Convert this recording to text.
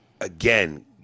Again